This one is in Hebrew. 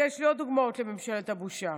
יש לי עוד דוגמאות לממשלת הבושה.